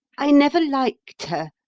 i never liked her,